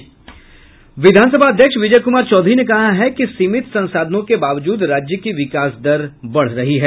विधानसभा अध्यक्ष विजय कुमार चौधरी ने कहा है कि सीमित संसाधनों के बावजूद राज्य की विकास दर बढ़ रही है